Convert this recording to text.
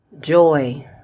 joy